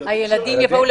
הילדים שלו?